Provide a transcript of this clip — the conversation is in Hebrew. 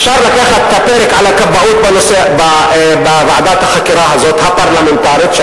אפשר לקחת את הפרק על הכבאות בוועדת החקירה הפרלמנטרית הזאת,